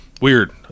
Weird